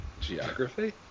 Geography